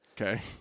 Okay